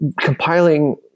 compiling